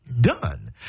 done